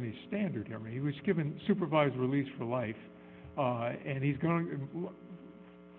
any standard here he was given supervised release for life and he's going and